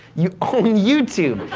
you own youtube.